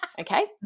Okay